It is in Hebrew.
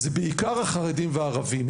זה בעיקר החרדים והערבים.